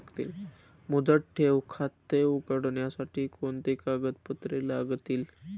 मुदत ठेव खाते उघडण्यासाठी कोणती कागदपत्रे लागतील?